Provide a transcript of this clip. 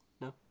No